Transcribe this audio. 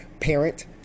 parent